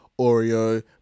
Oreo